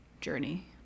journey